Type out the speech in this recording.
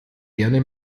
gerne